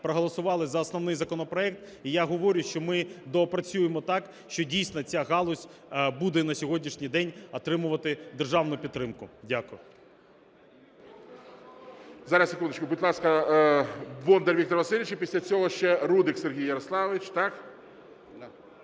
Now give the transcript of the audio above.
проголосували за основний законопроект. І я говорю, що ми доопрацюємо так, що дійсно ця галузь буде на сьогоднішній день отримувати державну підтримку. Дякую.